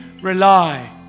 rely